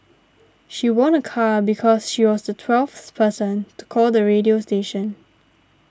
she won a car because she was the twelfth person to call the radio station